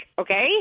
okay